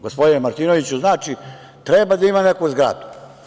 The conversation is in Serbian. Gospodine Martinoviću, znači, treba da ima neku zgradu.